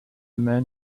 man